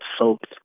soaked